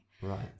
Right